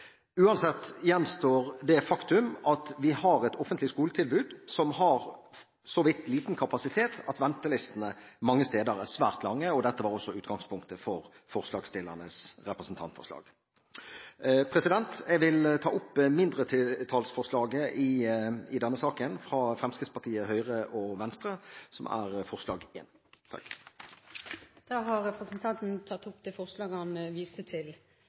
Uansett gjenstår det faktum at vi har et offentlig skoletilbud som har så vidt liten kapasitet at ventelistene mange steder er svært lange, og dette var også utgangspunktet for forslagsstillernes representantforslag. Jeg vil ta opp mindretallsforslaget i denne saken fra Fremskrittspartiet, Høyre og Venstre, som er forslag nr. 1. Da har representanten Henning Warloe tatt opp det forslaget han refererte til.